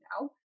now